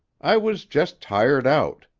i was just tired out.